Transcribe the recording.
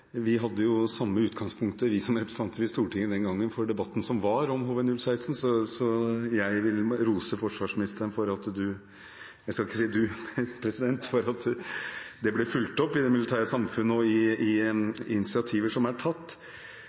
Vi som representanter i Stortinget hadde den gangen samme utgangspunkt for debatten som var om HV-016, så jeg vil rose forsvarsministeren for at det ble fulgt opp i Oslo Militære Samfund og i initiativ som er tatt.